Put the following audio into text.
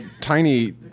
tiny